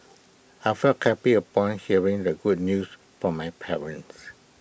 I felt happy upon hearing the good news from my parents